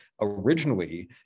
originally